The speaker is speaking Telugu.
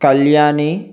కళ్యాణి